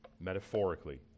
metaphorically